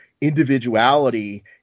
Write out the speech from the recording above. individuality